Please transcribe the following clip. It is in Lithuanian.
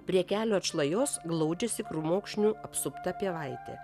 prie kelio atšlajos glaudžiasi krūmokšnių apsupta pievaitė